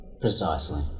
Precisely